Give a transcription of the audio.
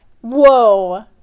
Whoa